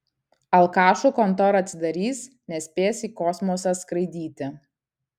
alkašų kontora atsidarys nespės į kosmosą skraidyti